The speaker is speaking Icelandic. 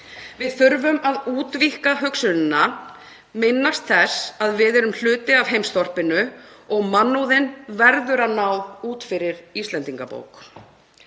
Við þurfum að útvíkka hugsunina, minnast þess að við erum hluti af heimsþorpinu og mannúðin verður að ná út fyrir Íslendingabók.